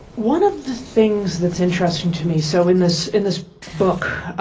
one of the things that's interesting to me so in this in this book